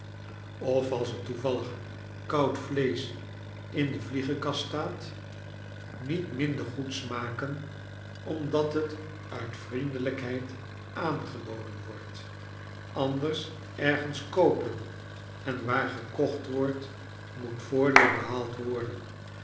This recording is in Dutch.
of als er toevallig koud vleesch in de vliegenkast staat niet minder goed smaken omdat het uit vriendelijkheid aangeboden wordt anders ergens koopen en waar gekocht wordt moet voordeel behaald worden